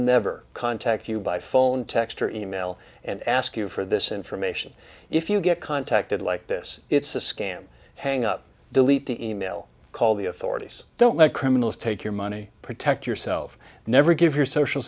never contact you by phone text or e mail and ask you for this information if you get contacted like this it's a scam hang up delete the e mail call the authorities don't let criminals take your money protect yourself never give your social